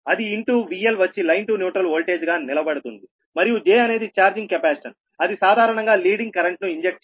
అది into VL వచ్చి line to neutral voltage గా నిలబడుతుంది మరియు j అనేది ఛార్జింగ్ కెపాసిటెన్స్ అది సాధారణంగా లీడింగ్ కరెంటును ఇంజెక్ట్ చేస్తుంది